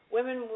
Women